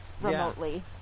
remotely